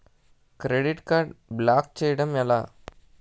Credit card block చేయడం ఎలా?